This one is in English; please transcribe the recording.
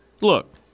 Look